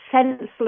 senseless